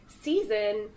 season